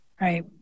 Right